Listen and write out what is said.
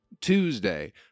Tuesday